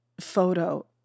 photo